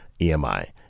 EMI